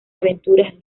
aventuras